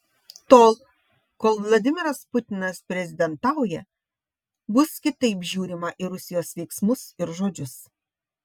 tol kol vladimiras putinas prezidentauja bus kitaip žiūrima į rusijos veiksmus ir žodžius